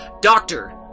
Doctor